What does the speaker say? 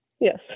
Yes